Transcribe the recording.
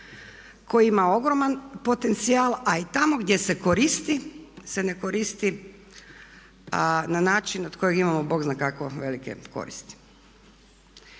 koji ima ogroman potencijal a i tamo gdje se koristi se ne koristi na način od kojeg imamo Bog zna kako velike koristi.